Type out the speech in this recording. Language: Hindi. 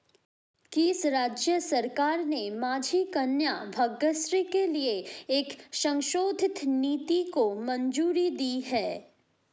किस राज्य सरकार ने माझी कन्या भाग्यश्री के लिए एक संशोधित नीति को मंजूरी दी है?